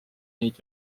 neid